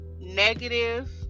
negative